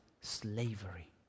slavery